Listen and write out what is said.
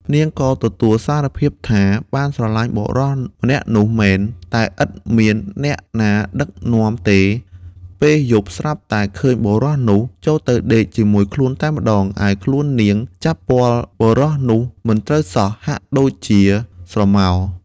នាងក៏ទទួលសារភាពថា បានស្រឡាញ់បុរសម្នាក់នោះមែន តែឥតមានអ្នកណាដឹកនាំទេ ។ពេលយប់ស្រាប់តែឃើញបុរសនោះ ចូលទៅដេកជាមួយខ្លួនតែម្ដង ឯខ្លួននាងចាប់ពាល់បុរសនោះមិនត្រូវសោះ ហាក់ដូចជាស្រមោល ។